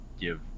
give